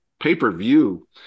pay-per-view